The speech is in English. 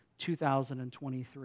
2023